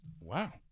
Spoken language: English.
Wow